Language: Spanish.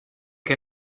que